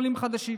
עולים חדשים.